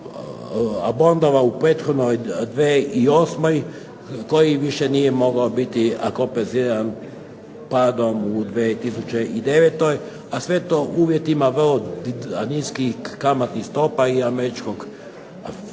fondova u prethodnoj 2008. koji više nije mogao biti kompenziran padom u 2009. a sve to u uvjetima vrlo niskih kamatnih stopa i američkog